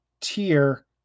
tier